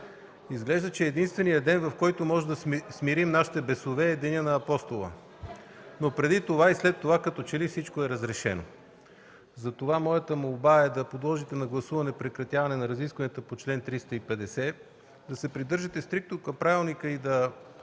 Изглежда единственият ден, в който можем да смирим нашите бесове, е денят на Апостола. В деня преди и в деня след това като че ли всичко е разрешено. Моята молба е да подложите на гласуване прекратяването на разискванията по чл. 350, да се придържате стриктно към правилника и да